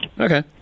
Okay